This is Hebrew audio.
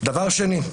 (היו"ר שמחה רוטמן, 14:38) דבר שני,